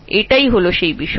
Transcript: এটাই হল ঘটনা